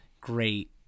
great